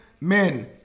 men